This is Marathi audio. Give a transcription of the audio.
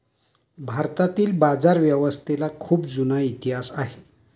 भारतातील बाजारव्यवस्थेला खूप जुना इतिहास आहे